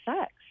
sex